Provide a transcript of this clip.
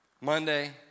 Monday